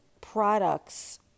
products